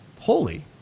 holy